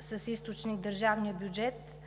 с източник държавния бюджет